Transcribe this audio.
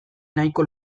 nahiko